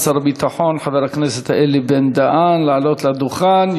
שר הביטחון חבר הכנסת אלי בן-דהן לעלות לדוכן.